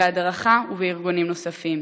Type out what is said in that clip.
בהדרכה ובארגונים נוספים,